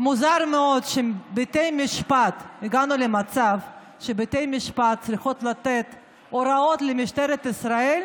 מוזר מאוד שהגענו למצב שבתי המשפט צריכים לתת הוראות למשטרת ישראל.